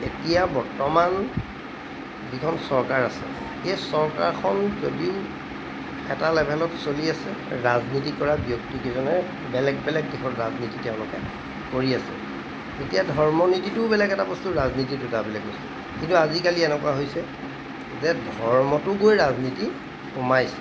এতিয়া বৰ্তমান যিখন চৰকাৰ আছে সেই চৰকাৰখন যদিও এটা লেভেলত চলি আছে ৰাজনীতি কৰা ব্যক্তিকেইজনে বেলেগ বেলেগ দিশত ৰাজনীতি তেওঁলোকে কৰি আছে এতিয়া ধৰ্মনীতিটোও বেলেগ এটা বস্তু ৰাজনীতিটোও এটা বেলেগ বস্তু কিন্তু আজিকালি এনেকুৱা হৈছে যে ধৰ্মটো গৈ ৰাজনীতিত সোমাইছে